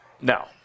now